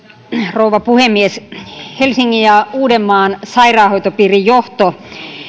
rouva puhemies helsingin ja uudenmaan sairaanhoitopiirin johto